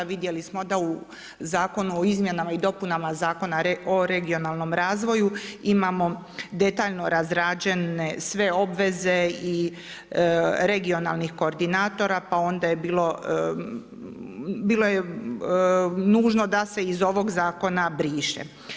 Vidjeli smo da u Zakonu o izmjenama i dopunama Zakona o regionalnom razvoju imamo detaljno razrađene sve obveze i regionalnih koordinatora, pa onda je bilo, bilo je nužno da se iz ovog zakona briše.